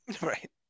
Right